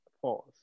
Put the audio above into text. Pause